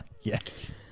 yes